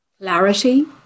Clarity